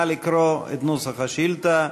נא לקרוא את נוסח השאילתה.